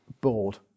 bored